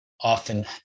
often